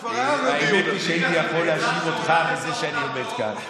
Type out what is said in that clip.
האמת היא שהייתי יכול להאשים אותך בזה שאני עומד כאן.